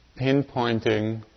pinpointing